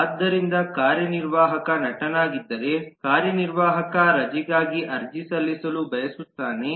ಆದ್ದರಿಂದ ಕಾರ್ಯನಿರ್ವಾಹಕ ನಟನಾಗಿದ್ದರೆ ಕಾರ್ಯನಿರ್ವಾಹಕ ರಜೆಗಾಗಿ ಅರ್ಜಿ ಸಲ್ಲಿಸಲು ಬಯಸುತ್ತಾನೆ